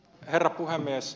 herra puhemies